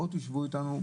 בואו תשבו איתנו.